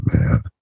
man